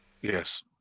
Yes